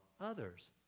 others